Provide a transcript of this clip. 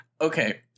okay